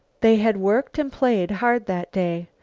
they had worked and played hard that day.